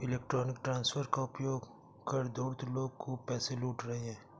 electronic transfer का उपयोग कर धूर्त लोग खूब पैसे लूट रहे हैं